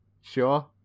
sure